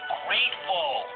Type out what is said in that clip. grateful